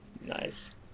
Nice